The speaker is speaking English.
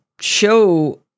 show